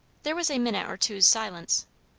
there was a minute or two's silence.